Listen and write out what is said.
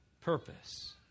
purpose